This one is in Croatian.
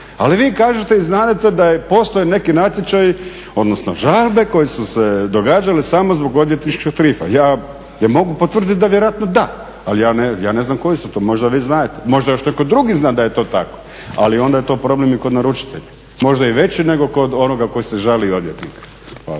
Ali vi kažete i znadete da je postojao neki natječaj, odnosno žalbe koje su se događale samo zbog odvjetničkih tarifa. Ja mogu potvrditi da vjerojatno da, ali ja ne znam koje su to, možda vi znadete, možda još netko drugi zna da je to tako. Ali onda je to problem i kod naručitelja, možda i veći nego kod onoga koji se žali …/Govornik se